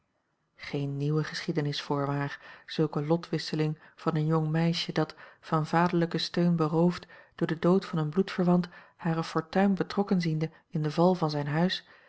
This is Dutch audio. geene nieuwe geschiedenis voorwaar zulke lotwisseling van een jong meisje dat van vaderlijken steun beroofd door den dood van een bloedverwant hare fortuin betrokken ziende in den val van zijn huis